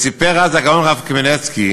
סיפר אז הגאון הרב קמנצקי